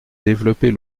développer